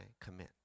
commit